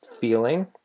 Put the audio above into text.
feeling